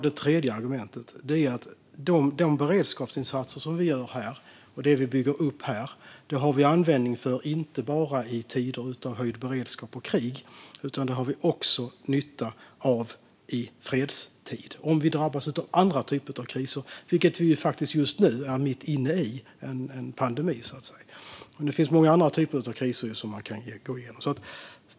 Det tredje argumentet är att de beredskapsinsatser som vi bygger upp har vi användning för inte bara i tider av höjd beredskap och krig. Vi har även nytta av dem i fredstid om vi drabbas av andra typer av kriser, till exempel en pandemi som vi är inne i just nu. Det finns många andra typer av kriser som man kan gå igenom.